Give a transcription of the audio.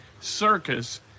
circus